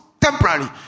Temporarily